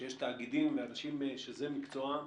שיש תאגידים ואנשים שזה מקצועם,